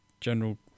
general